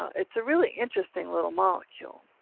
it's a really interesting little molecule.